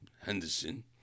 Henderson